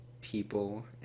people